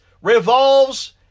revolves